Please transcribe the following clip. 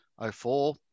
04